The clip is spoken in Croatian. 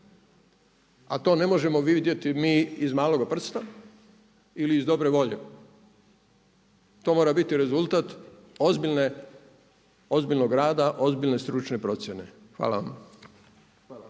a to ne možemo vidjeti mi iz maloga prsta ili iz dobre volje. To moram biti rezultat ozbiljnog rada, ozbiljne stručne procjene. Hvala vam.